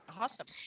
Awesome